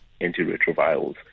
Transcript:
antiretrovirals